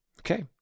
okay